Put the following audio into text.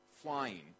flying